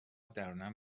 درونن